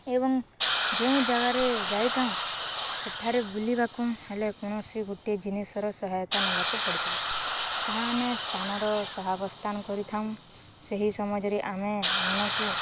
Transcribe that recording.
ଏବଂ ଯେଉଁ ଜାଗାରେ ଯାଇଥାଉ ସେଠାରେ ବୁଲିବାକୁ ହେଲେ କୌଣସି ଗୋଟେ ଜିନିଷର ସହାୟତା ନେବାକୁ ପଡ଼ିଥାଏ ତାହା ଆମେ ସ୍ଥାନର ସହାବସ୍ଥାନ କରିଥାଉଁ ସେହି ସମାଜରେ ଆମେ ମନକୁ